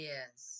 Yes